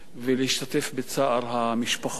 להשתתף בצער המשפחות